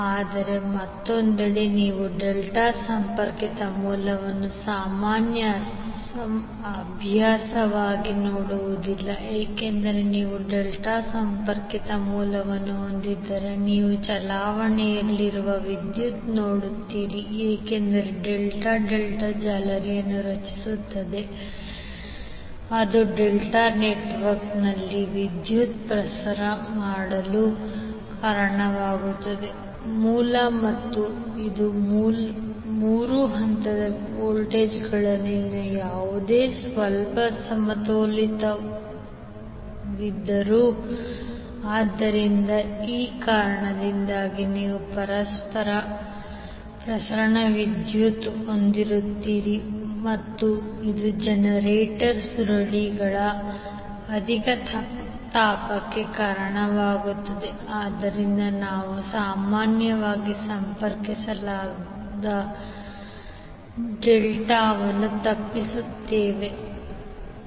ಆದರೆ ಮತ್ತೊಂದೆಡೆ ನೀವು ಡೆಲ್ಟಾ ಸಂಪರ್ಕಿತ ಮೂಲವನ್ನು ಸಾಮಾನ್ಯ ಅಭ್ಯಾಸವಾಗಿ ನೋಡುವುದಿಲ್ಲ ಏಕೆಂದರೆ ನೀವು ಡೆಲ್ಟಾ ಸಂಪರ್ಕಿತ ಮೂಲವನ್ನು ಹೊಂದಿದ್ದರೆ ನೀವು ಚಲಾವಣೆಯಲ್ಲಿರುವ ವಿದ್ಯುತ್ ನೋಡುತ್ತೀರಿ ಏಕೆಂದರೆ ಡೆಲ್ಟಾ ಡೆಲ್ಟಾ ಜಾಲರಿಯನ್ನು ರಚಿಸುತ್ತದೆ ಅದು ಡೆಲ್ಟಾ ನೆಟ್ವರ್ಕ್ನಲ್ಲಿ ವಿದ್ಯುತ್ ಪ್ರಸಾರ ಮಾಡಲು ಕಾರಣವಾಗುತ್ತದೆ ಮೂಲ ಮತ್ತು ಇದು ಮೂರು ಹಂತಗಳ ವೋಲ್ಟೇಜ್ಗಳಲ್ಲಿನ ಯಾವುದೇ ಸ್ವಲ್ಪ ಅಸಮತೋಲನದಿಂದಾಗಿರುತ್ತದೆ ಆದ್ದರಿಂದ ಈ ಕಾರಣದಿಂದಾಗಿ ನೀವು ಪ್ರಸರಣ ವಿದ್ಯುತ್ ಹೊಂದಿರುತ್ತೀರಿ ಮತ್ತು ಇದು ಜನರೇಟರ್ನ ಸುರುಳಿಗಳ ಅಧಿಕ ತಾಪಕ್ಕೆ ಕಾರಣವಾಗುತ್ತದೆ ಆದ್ದರಿಂದ ನಾವು ಸಾಮಾನ್ಯವಾಗಿ ಸಂಪರ್ಕಿಸಲಾದ ಡೆಲ್ಟಾವನ್ನು ತಪ್ಪಿಸುತ್ತೇವೆ ಮೂಲ